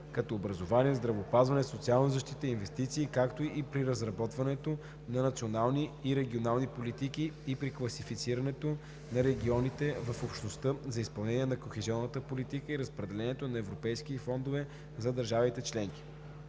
като образование, здравеопазване, социална защита, инвестиции, както и при разработването на национални и регионални политики и при класифицирането на регионите в Общността за изпълнение на Кохезионната политика и разпределянето на европейски фондове за държавите членки.